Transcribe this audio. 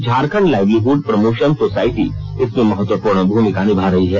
Jharkhand livelihood promotion society इसमें महत्वपूर्ण भूमिका निभा रही है